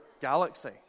Galaxy